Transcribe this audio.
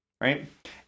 right